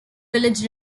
village